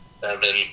Seven